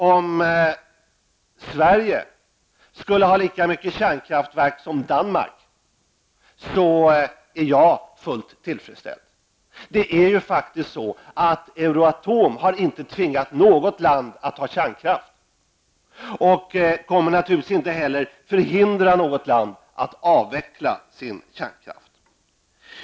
Om Sverige hade lika många kärnkraftverk som Danmark skulle jag vara fullt tillfredsställd. Det är ju faktiskt så att Euratom inte har tvingat något land att ha kärnkraft och naturligtvis inte heller kommer att hindra något land att avveckla sin kärnkraft.